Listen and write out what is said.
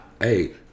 Hey